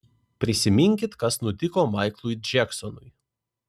prisiminkit kas nutiko maiklui džeksonui